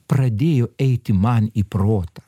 pradėjo eiti man į protą